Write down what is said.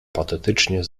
patetycznie